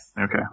Okay